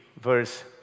verse